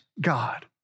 God